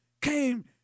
came